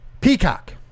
Peacock